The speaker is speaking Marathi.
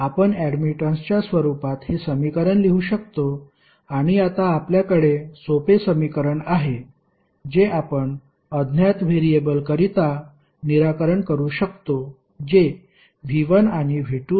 आपण ऍडमिटन्सच्या स्वरूपात हे समीकरण लिहू शकतो आणि आता आपल्याकडे सोपे समीकरण आहे जे आपण अज्ञात व्हेरिएबल करीता निराकरण करू शकतो जे V1 आणि V2 आहेत